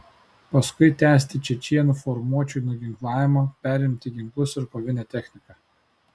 paskui tęsti čečėnų formuočių nuginklavimą perimti ginklus ir kovinę techniką